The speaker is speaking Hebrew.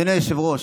אדוני היושב-ראש,